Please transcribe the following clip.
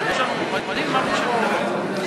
אנחנו הצבענו על ההסתייגויות שמבקשות תוספת